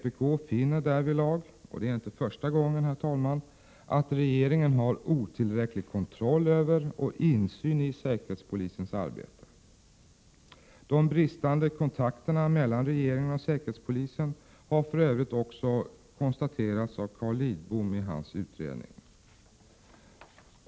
Vi i vpk finner därvidlag — och det är inte första gången, herr 2 juni 1988 talman — att regeringen har otillräcklig kontroll över och insyn i säkerhetspo s ÄR z :: rådens tjänsteutövning lisen har för övrigt också konstaterats av Carl Lidbom i hans utredning.